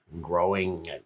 growing